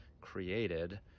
created